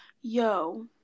Yo